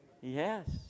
Yes